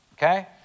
Okay